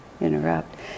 interrupt